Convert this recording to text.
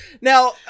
now